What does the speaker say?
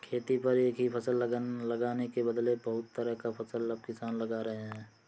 खेती पर एक ही फसल लगाने के बदले बहुत तरह का फसल अब किसान लगा रहे हैं